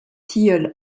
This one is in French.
tilleul